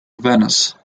venice